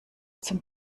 zum